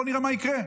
בוא נראה מה יקרה.